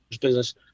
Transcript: business